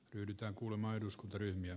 ryhdytään kuulema eduskuntaryhmiä